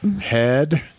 Head